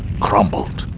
crumbled.